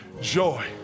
Joy